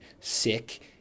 sick